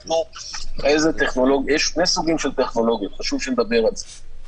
יש שני סוגים של טכנולוגיה, חשוב שנדבר על זה.